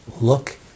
Look